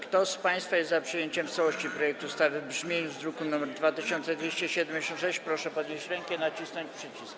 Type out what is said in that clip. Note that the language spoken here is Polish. Kto z państwa jest za przyjęciem w całości projektu ustawy w brzmieniu z druku nr 2276, proszę podnieść rękę i nacisnąć przycisk.